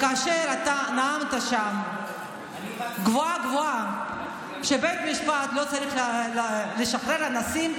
כאשר אתה נאמת שם גבוהה-גבוהה שבית משפט לא צריך לשחרר אנסים,